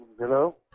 Hello